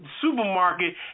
supermarket